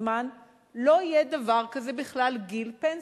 זמן לא יהיה דבר כזה בכלל גיל פנסיה,